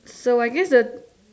so I guess the